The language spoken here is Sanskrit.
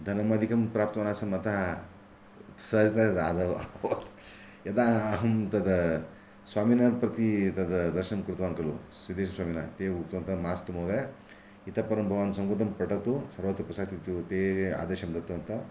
धनमधिकं प्राप्तवान् आसम् अतः आदौ यदा अहं तत् स्वामिनं प्रति तत् दर्शनं कृतवान् खलु सिद्धेश्वरस्वामिनः ते उक्तवन्तः मास्तु महोदय इतःपरं भवान् संस्कृतं पठतु सर्वत्र प्रसारयतु इति ते आदेशं दत्तवन्तः